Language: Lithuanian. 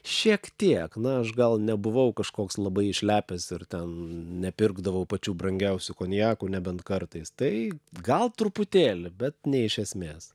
šiek tiek na aš gal nebuvau kažkoks labai išlepęs ir ten nepirkdavau pačių brangiausių konjakų nebent kartais tai gal truputėlį bet ne iš esmės